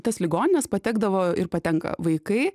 tas ligonines patekdavo ir patenka vaikai